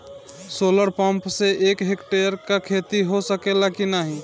Solar pump से एक hectare क खेती हो सकेला की नाहीं?